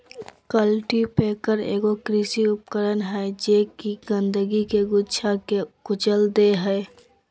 cultipacker एगो कृषि उपकरण हइ जे कि गंदगी के गुच्छा के कुचल दे हइ